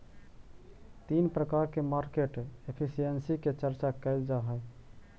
तीन प्रकार के मार्केट एफिशिएंसी के चर्चा कैल जा हई